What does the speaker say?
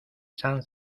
san